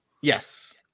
Yes